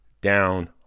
down